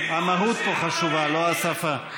המהות פה חשובה, לא השפה.